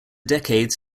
decades